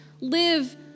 live